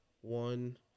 one